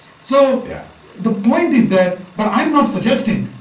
so yeah the point is that, but i'm not suggesting.